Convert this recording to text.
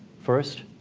first,